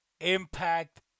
Impact